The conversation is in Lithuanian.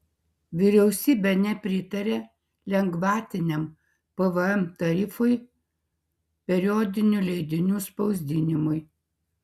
vyriausybė nepritarė lengvatiniam pvm tarifui periodinių leidinių spausdinimui